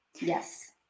Yes